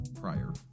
prior